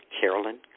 Carolyn